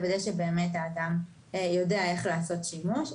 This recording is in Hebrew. צריך לוודא שבאמת האדם יודע איך לעשות שימוש בכלי.